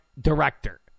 Director